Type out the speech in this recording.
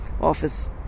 office